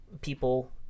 people